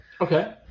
Okay